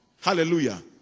Hallelujah